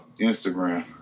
Instagram